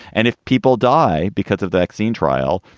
and if people die because of the vaccine trial,